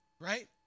right